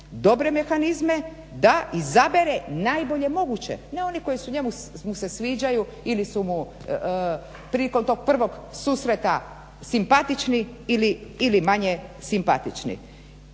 dobre mehanizme da izabere najbolje moguće, ne one koje se njemu sviđaju ili su mu prilikom tog prvog susreta simpatični ili manje simpatični.